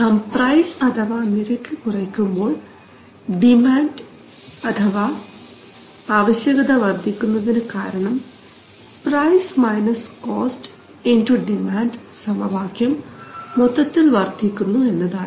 നാം പ്രൈസ് അഥവാ നിരക്ക് കുറയ്ക്കുമ്പോൾ ഡിമാൻഡ് അഥവാ ആവശ്യകത വർദ്ധിക്കുന്നതിന് കാരണംപ്രൈസ് മൈനസ് കോസ്റ്റ് ഇൻടു ഡിമാൻഡ് സമവാക്യം മൊത്തത്തിൽ വർദ്ധിക്കുന്നു എന്നതാണ്